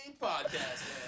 podcast